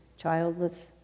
childless